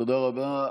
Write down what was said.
תודה רבה.